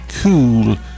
Cool